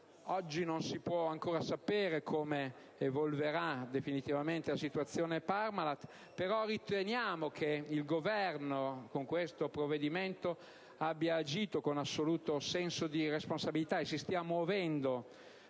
Oggi non si può ancora sapere come evolverà definitivamente la situazione Parmalat: riteniamo però che il Governo, con questo provvedimento, abbia agito con assoluto senso di responsabilità e si sia mosso